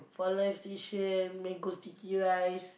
for live station mango sticky rice